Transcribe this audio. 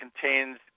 contains